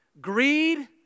greed